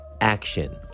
action